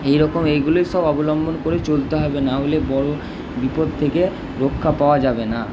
এই রকম এইগুলোই সব অবলম্বন করে চলতে হবে নাহলে বড়ো বিপদ থেকে রক্ষা পাওয়া যাবে না